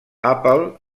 apple